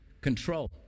control